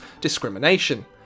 discrimination